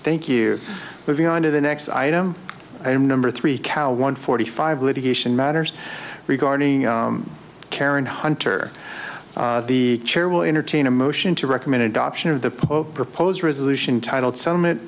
thank you moving on to the next item i am number three cow one forty five litigation matters regarding karen hunter the chair will entertain a motion to recommend adoption of the po proposed resolution titled sentiment